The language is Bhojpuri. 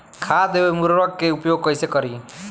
खाद व उर्वरक के उपयोग कइसे करी?